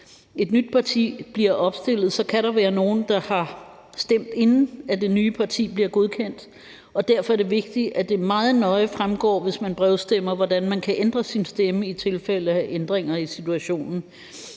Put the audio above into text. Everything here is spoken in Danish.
et nyt parti bliver opstillet, kan der være nogle, der har stemt, inden det nye parti bliver godkendt, og derfor er det vigtigt, hvis man brevstemmer, at det meget nøje fremgår, hvordan man kan ændre sin stemme i tilfælde af ændringer af situationen.